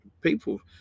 people